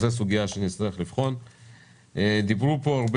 ל-100 אחוזים - אבל זה כמעט לא סקר כאשר מדובר ב-70-60